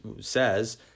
says